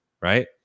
right